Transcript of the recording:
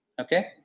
Okay